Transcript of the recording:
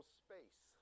space